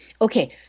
Okay